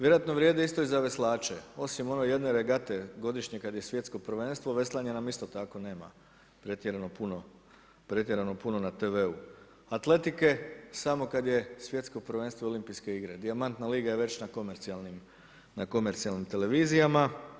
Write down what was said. Vjerojatno vrijedi isto i za veslače, osim one jedne regate godišnje kada je svjetsko prvenstvo veslanje nam isto tako nema pretjerano puno na TV-u. atletike samo kada je svjetsko prvenstvo i olimpijske igre, dijamantna liga je već na komercijalnim televizijama.